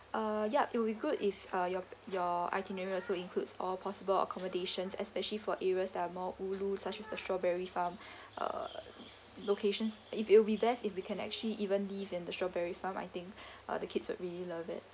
uh yup it'll be good if uh your your itinerary also includes all possible accommodations especially for areas that are more ulu such as the strawberry farm uh locations if it will be best if we can actually even live in the strawberry farm I think uh the kids would really love it